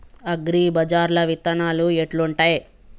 అగ్రిబజార్ల విత్తనాలు ఎట్లుంటయ్?